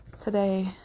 Today